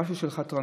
משהו על חתרנות,